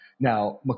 Now